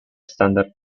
standard